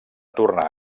tornar